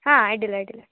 ಹಾಂ ಅಡ್ಡಿಲ್ಲ ಅಡ್ಡಿಲ್ಲ